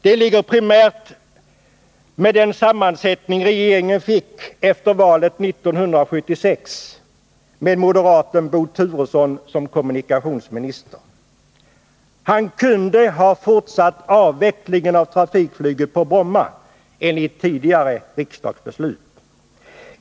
Det ligger primärt i den sammansättning regeringen fick efter valet 1976 med moderaten Bo Turesson som kommunikationsminister. Han kunde ha fortsatt avvecklingen av trafikflyget på Bromma enligt tidigare riksdagsbeslut.